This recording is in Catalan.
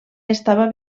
estava